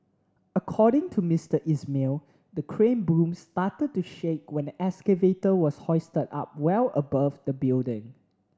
according to Mister Ismail the crane boom started to shake when the excavator was hoisted up well above the building